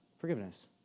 Forgiveness